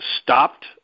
stopped